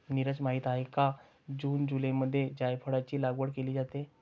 नीरज माहित आहे का जून जुलैमध्ये जायफळाची लागवड केली जाते